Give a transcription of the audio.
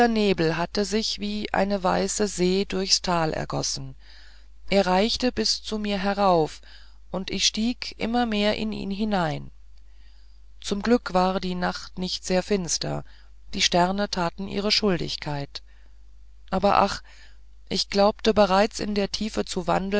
nebel hatte sich wie eine weiße see durchs tal ergossen er reichte bis zu mir herauf und ich stieg immer mehr in ihn hinein zum glück war die nacht nicht sehr finster die sterne taten ihre schuldigkeit aber ach ich glaubte bereits in der tiefe